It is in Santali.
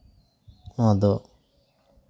ᱱᱚᱣᱟ ᱫᱚ